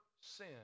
sin